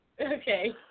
Okay